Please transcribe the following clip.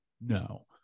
no